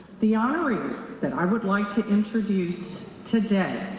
the honoree that i would like to interviews today.